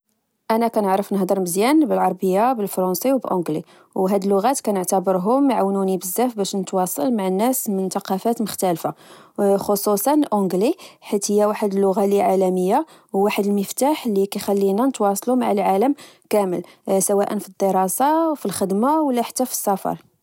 أنا كنعرف نهضر مزيان بالعربية، بالفرونسي، وبالأونچلي، و هاد اللغات كنعتابرهم عونوني بزاف نتواصل مع الناس من تقافات مختلفة، خصوصا الأونچلي حيت هي لغة لعالمية و واحد المفتاح لكخ تتواصل مع العالم كامل، سواء فالدراسة، الخدمة، ولا حتى فالسفر.